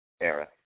era